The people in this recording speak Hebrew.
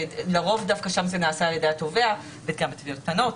לרוב דווקא שם זה נעשה על ידי התובע וגם בתביעות קטנות.